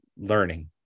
learning